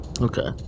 Okay